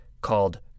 called